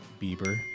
Bieber